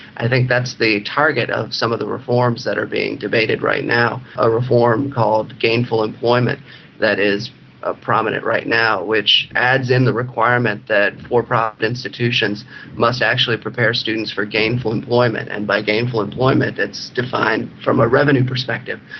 i think that's the target of some of the reforms that are being debated right now. a reform called gainful employment that is ah prominent right now which adds in the requirement that for-profit institutions must actually prepare students for gainful employment, and by gainful employment it's defined from a revenue perspective.